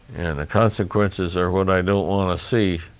and the consequences are what i know um ah see